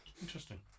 interesting